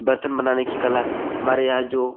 बर्तन बनाने की कला हमारे यहाँ जो